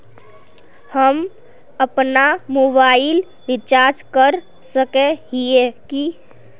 हम अपना mobile recharge कर सकय हिये की?